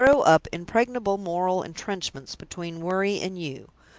i throw up impregnable moral intrenchments between worry and you.